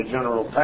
General